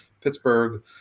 Pittsburgh